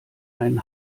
einen